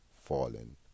fallen